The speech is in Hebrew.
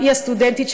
היא הסטודנטית,